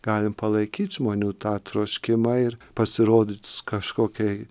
galim palaikyt žmonių tą troškimą ir pasirodyt s kažkokiai